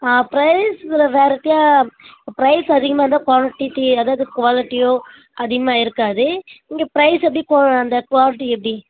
ஆ ப்ரைஸில் வெரைட்டியாக ப்ரைஸ் அதிகமாக இருந்தால் குவாலிட்டி அதாவது குவாலிட்டி அதிகமாக இருக்காது இங்கே ப்ரைஸ் எப்படி அந்த குவாலிட்டி எப்படி